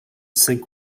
sync